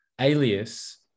alias